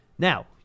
Now